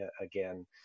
again